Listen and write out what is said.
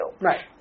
Right